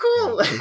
cool